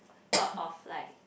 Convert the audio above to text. thought of like